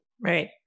right